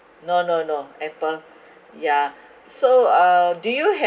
no no no apple yeah so uh do you have